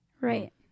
Right